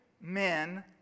men